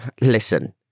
listen